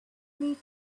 need